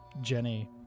Jenny